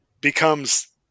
becomes